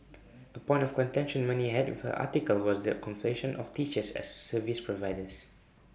A point of contention many had with her article was the conflation of teachers as service providers